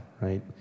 right